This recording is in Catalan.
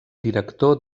director